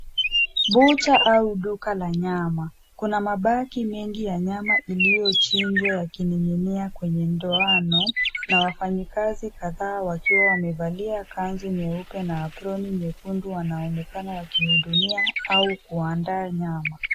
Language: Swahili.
Bucha au duka la nyama. Kuna mabaki mengi ya nyama iliyochinjwa yakining'inia kwenye ndoano na wafanyikazi kadhaa wakiwa wamevalia kanzu nyeupe na aproni nyekundu wanaonekana wakihudumia au kuandaa nyama.